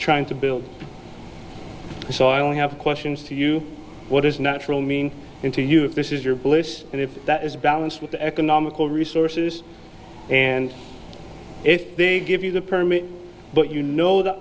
trying to build so i only have questions to you what is natural mean to you if this is your bliss and if that is balanced with the economical resources and if they give you the permit but you know the